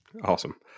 Awesome